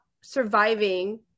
surviving